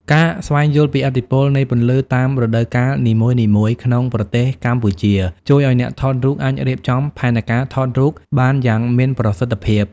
ការស្វែងយល់ពីឥទ្ធិពលនៃពន្លឺតាមរដូវកាលនីមួយៗក្នុងប្រទេសកម្ពុជា ជួយឱ្យអ្នកថតរូបអាចរៀបចំផែនការថតរូបបានយ៉ាងមានប្រសិទ្ធភាព។